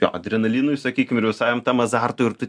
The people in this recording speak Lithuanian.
jo adrenalinui sakykim ir visam tam azartui ir tu